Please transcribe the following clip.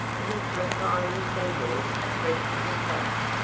his reply resembles a press dispatch.